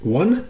one